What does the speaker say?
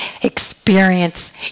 experience